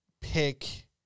pick